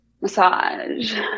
massage